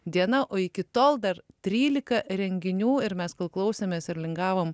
diena o iki tol dar trylika renginių ir mes klausėmės ir lingavom